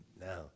now